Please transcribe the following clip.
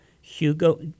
hugo